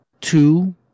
two